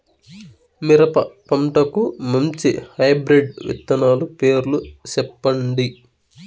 మిరప పంటకు మంచి హైబ్రిడ్ విత్తనాలు పేర్లు సెప్పండి?